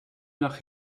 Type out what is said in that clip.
nach